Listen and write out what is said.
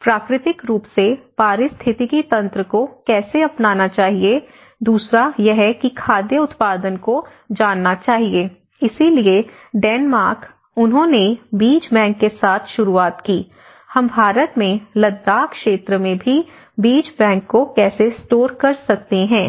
प्राकृतिक रूप से पारिस्थितिकी तंत्र को कैसे अपनाना चाहिए दूसरा यह कि खाद्य उत्पादन को जानना चाहिए इसीलिए डेनमार्क उन्होंने बीज बैंक के साथ शुरुआत की हम भारत में लद्दाख क्षेत्र में भी बीज बैंक को कैसे स्टोर कर सकते हैं